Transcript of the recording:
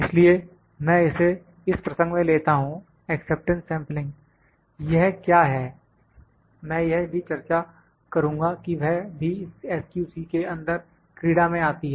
इसलिए मैं इसे इस प्रसंग में लेता हूं एक्सेप्टेंस सेंपलिंग यह क्या है मैं यह भी चर्चा करूंगा कि वह भी SQC के अंदर क्रीड़ा में आती है